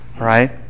right